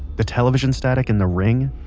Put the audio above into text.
the television static in the ring,